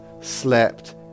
slept